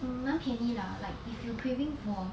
mm 蛮便宜啦 like if you craving for